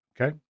Okay